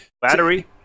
Battery